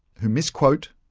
who misquote,